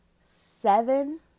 seven